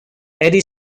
eddie